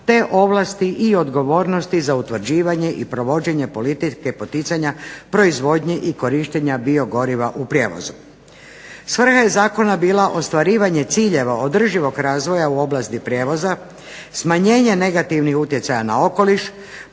te ovlasti i odgovornosti za utvrđivanje i provođenje politike poticanja proizvodnji i korištenja biogoriva u prijevozu. Svrha je Zakona bila ostvarivanje ciljeva održivog razvoja u oblasti prijevoza, smanjenje negativnih utjecaja na okoliš,